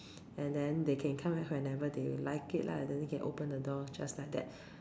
and then they can come back whenever they like it lah and then they can open the door just like that